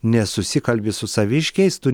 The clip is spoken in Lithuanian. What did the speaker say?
nesusikalbi su saviškiais tu